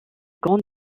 grande